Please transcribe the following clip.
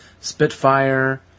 spitfire